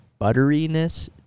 butteriness